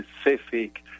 specific